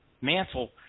mantle